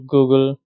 Google